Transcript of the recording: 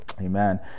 Amen